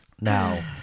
Now